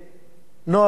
נועה בן-שבת.